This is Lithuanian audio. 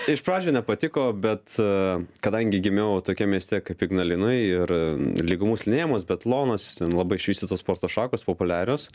iš pradžių nepatiko bet kadangi gimiau tokiam mieste kaip ignalinoj ir lygumų slidinėjimas biatlonas ten labai išvystytos sporto šakos populiarios